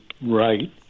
right